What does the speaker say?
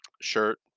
shirt